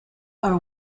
are